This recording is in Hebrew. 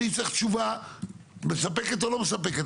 אני צריך תשובה מספקת או לא מספקת,